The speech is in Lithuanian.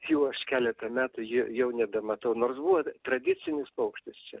jau aš keletą metų ji jau nebematau nors buvo tradicinis paukštis čia